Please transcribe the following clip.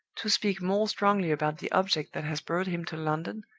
to speak more strongly about the object that has brought him to london,